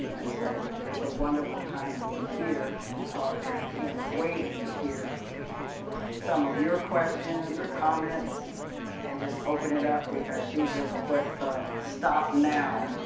and so it's a wonderful time to be here and talking. and i and can't wait to hear some of your questions or comments and just open it up because she just put the stop now.